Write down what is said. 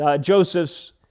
Joseph's